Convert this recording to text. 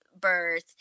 birth